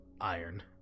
iron